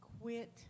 quit